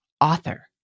author